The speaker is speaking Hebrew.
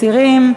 מסירים.